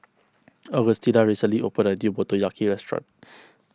Augustina recently opened a new Motoyaki restaurant